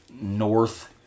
North